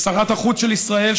כשרת החוץ של ישראל,